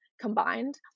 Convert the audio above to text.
combined